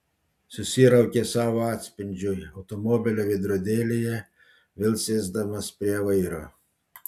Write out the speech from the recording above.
susiraukė savo atspindžiui automobilio veidrodėlyje vėl sėsdamas prie vairo